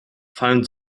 fallen